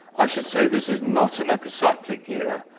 i should say this is not an epicyclic gear.